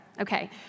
Okay